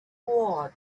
war